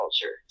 culture